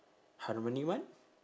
harmoni one